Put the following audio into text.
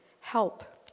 help